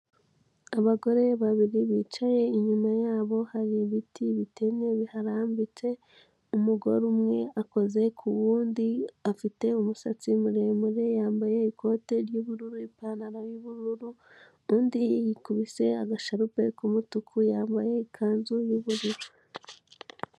Abagore babiri bicaye, inyuma yabo hari ibiti bitemye biharambitse, umugore umwe akoze ku wundi, afite umusatsi muremure, yambaye ikote ry'ubururu, ipantaro y'ubururu, undi yikubise agasharupe k'umutuku, yambaye ikanzu y'ubururu.